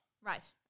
Right